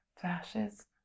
flashes